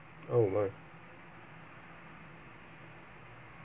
oh my